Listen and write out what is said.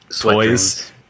toys